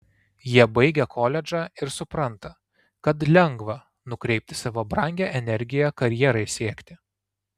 jie baigia koledžą ir supranta kad lengva nukreipti savo brangią energiją karjerai siekti